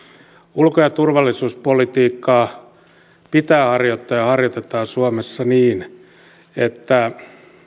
ulko ja turvallisuuspolitiikkaa pitää harjoittaa ja harjoitetaan suomessa niin että